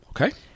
Okay